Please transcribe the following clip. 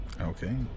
Okay